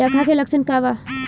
डकहा के लक्षण का वा?